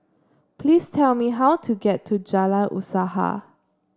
please tell me how to get to Jalan Usaha